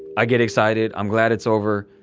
i get excited. i'm glad it's over.